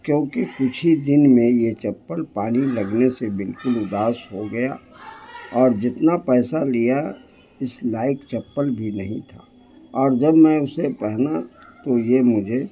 کیونکہ کچھ ہی دن میں یہ چپل پانی لگنے سے بالکل اداس ہو گیا اور جتنا پیسہ لیا اس لائق چپل بھی نہیں تھا اور جب میں اسے پہنا تو یہ مجھے